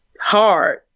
hard